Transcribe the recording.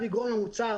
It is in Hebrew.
יקר,